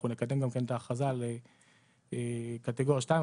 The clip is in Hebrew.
אנחנו נקדם גם כן את האכרזה על קטגוריה 2,